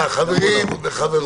--- חברים וחברות.